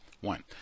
one